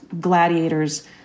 gladiators